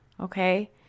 okay